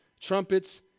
trumpets